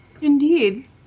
Indeed